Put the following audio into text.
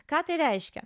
ką tai reiškia